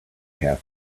have